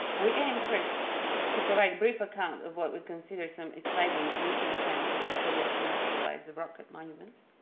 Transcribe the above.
we aim first to provide a brief account of what we consider some exciting recent trends in the study of the afterlives of rock cut monuments.